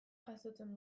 jasotzen